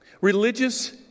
religious